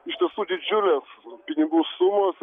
iš tiesų didžiulės pinigų sumos